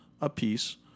apiece